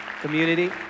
community